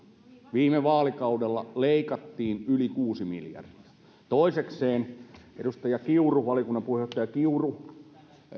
viime vaalikaudella leikattiin yli kuusi miljardia toisekseen edustaja valiokunnan puheenjohtaja kiuru